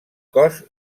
cos